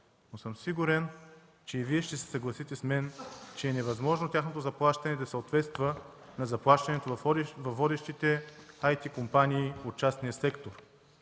съм, че и Вие ще се съгласите с мен, че е невъзможно тяхното заплащане да съответства на заплащането във водещите IT-компании от частния сектор,